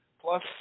plus